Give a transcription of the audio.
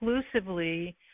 exclusively